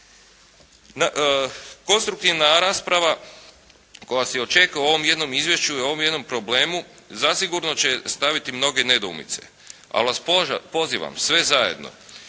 Konstruktivna rasprava koja se i očekuje u ovom jednom izvješću i u ovom jednom problemu zasigurno će staviti mnoge nedoumice ali vas pozivam sve zajedno